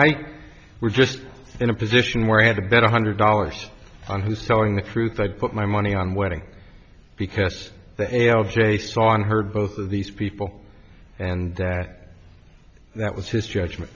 i were just in a position where i had a better hundred dollars on who's telling the truth i'd put my money on wedding because they are j saw and heard both of these people and that that was his judgment